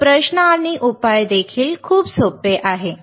तर प्रश्न आणि उपाय देखील खूप सोपे आहे